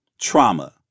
trauma